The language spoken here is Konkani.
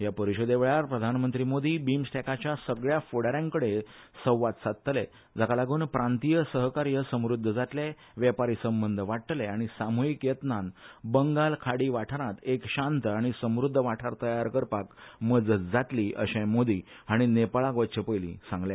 ह्या परिषदे वेळार प्रधानमंत्री मोदी बिंमस्टॅकाच्या सगळ्या फुडा याकडेन संवाद साधतले जाका लागुन प्रांतीय सहकार्य समृध्द जातले वेपारी संबंद वाडटले आनी सामुहिक यत्नान बंगाल खाडी वाठारात एक शांत आनी समृध्द वाठार तयार करपाक मजत जातली अशेय मोदी हाणी नेपाळाक वचचे पयली सांगले